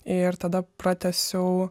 ir tada pratęsiau